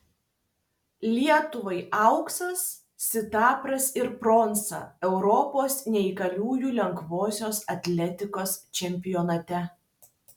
lietuvai auksas sidabras ir bronza europos neįgaliųjų lengvosios atletikos čempionate